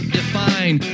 define